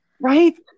right